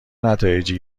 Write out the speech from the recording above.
نتایجی